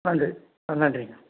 நன்றி ஆ நன்றிங்க